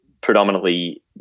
predominantly